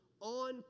on